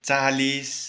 चालिस